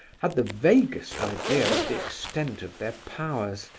had the vaguest idea of the extent of their powers,